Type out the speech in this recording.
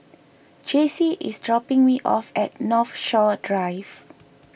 Jaycee is dropping me off at Northshore Drive